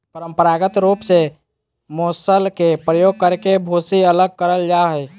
परंपरागत रूप से मूसल के उपयोग करके भूसी अलग करल जा हई,